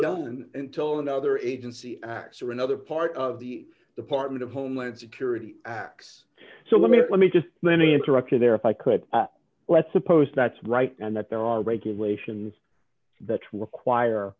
done until another agency acts or another part of the department of homeland security acts so let me let me just let me interrupt you there if i could let's suppose that's right and that there are regulations that require